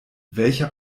welcher